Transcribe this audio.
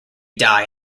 die